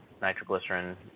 nitroglycerin